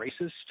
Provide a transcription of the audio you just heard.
racist